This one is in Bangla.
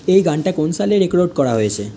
এই গানটা কোন সালে রেকর্ড করা হয়েছে